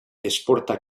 exporta